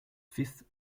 fifth